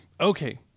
okay